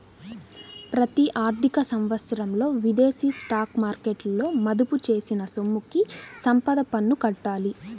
ప్రతి ఆర్థిక సంవత్సరంలో విదేశీ స్టాక్ మార్కెట్లలో మదుపు చేసిన సొమ్ముకి సంపద పన్ను కట్టాలి